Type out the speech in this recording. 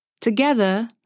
Together